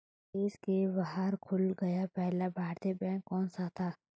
देश के बाहर खोला गया पहला भारतीय बैंक कौन सा था?